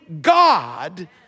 God